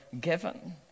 given